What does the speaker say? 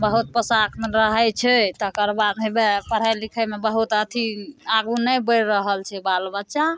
बहुत पोशाकमे रहै छै तकर बाद हेबे पढ़ाइ लिखाइमे बहुत अथी आगू नहि बढ़ि रहल छै बाल बच्चा